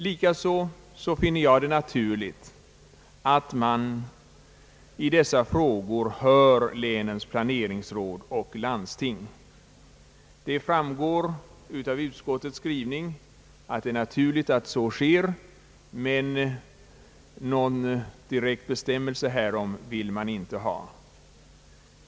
Likaså finner jag det naturligt att man i dessa frågor hör länens planeringsråd och landstingen. Det framgår även av utskottets skrivning att det är naturligt att så sker, men någon direkt bestämmelse härom vill utskottet inte ha.